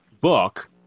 book